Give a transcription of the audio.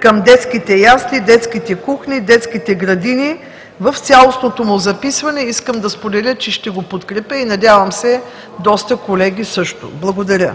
към детските ясли, детските кухни, детските градини в цялостното му записване. Искам да споделя, че ще го подкрепя, а се надявам и доста колеги също. Благодаря.